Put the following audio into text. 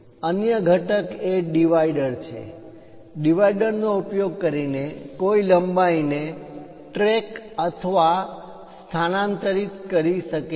અન્ય ઘટક એક ડિવાઇડર છે ડીવાઈડરનો ઉપયોગ કરીને કોઈ લંબાઈને ટ્રેક અને સ્થાનાંતરિત કરી શકે છે